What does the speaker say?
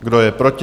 Kdo je proti?